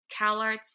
CalArts